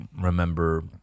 remember